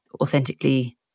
authentically